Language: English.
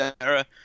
era